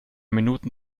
minuten